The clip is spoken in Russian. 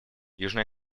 южная